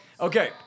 Okay